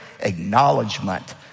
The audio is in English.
acknowledgement